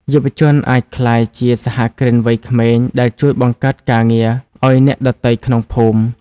យុវជនអាចក្លាយជាសហគ្រិនវ័យក្មេងដែលជួយបង្កើតការងារឱ្យអ្នកដទៃក្នុងភូមិ។